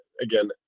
again